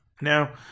Now